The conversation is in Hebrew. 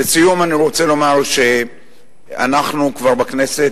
לסיום אני רוצה לומר שאנחנו כבר בכנסת,